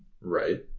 Right